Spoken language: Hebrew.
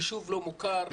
יישוב לא מוכר,